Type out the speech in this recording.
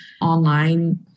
online